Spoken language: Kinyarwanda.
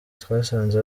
twasanze